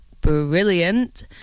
brilliant